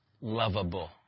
lovable